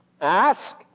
Ask